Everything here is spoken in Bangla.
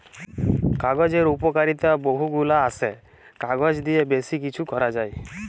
কাগজের উপকারিতা বহু গুলা আসে, কাগজ দিয়ে বেশি কিছু করা যায়